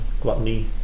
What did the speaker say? gluttony